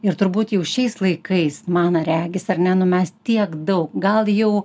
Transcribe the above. ir turbūt jau šiais laikais man regis ar ne nu mes tiek daug gal jau